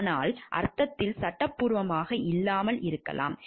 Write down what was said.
ஆனால் அர்த்தத்தில் சட்டப்பூர்வமாக இல்லாமல் இருக்கலாம்